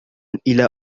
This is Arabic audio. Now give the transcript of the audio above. إلى